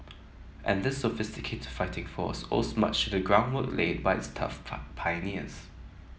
and this sophisticated fighting force owes much the groundwork laid by its tough pioneers